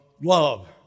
love